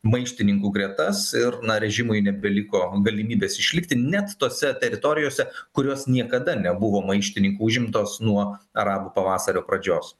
maištininkų gretas ir na režimui nebeliko galimybės išlikti net tose teritorijose kurios niekada nebuvo maištininkų užimtos nuo arabų pavasario pradžios